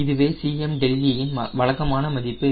இதுவே Cmδe இன் வழக்கமான மதிப்பு